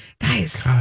Guys